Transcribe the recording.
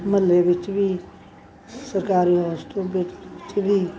ਮੁਹੱਲੇ ਵਿੱਚ ਵੀ ਸਰਕਾਰੀ ਹੌਸਪਿਟਲ ਵਿੱਚ ਵੀ